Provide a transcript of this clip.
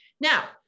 Now